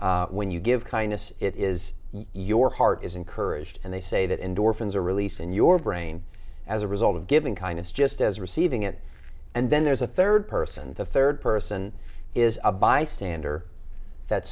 because when you give kindness it is your heart is encouraged and they say that endorphins are released in your brain as a result of giving kindness just as receiving it and then there's a third person the third person is a bystander that